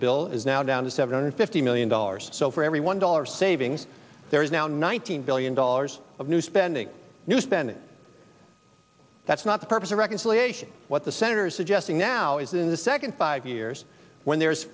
the bill is now down to seven hundred fifty million dollars so for every one dollar savings there is now nineteen billion dollars of new spending new spending that's not the purpose of reconciliation what the senator's suggesting now is in the second five years when there's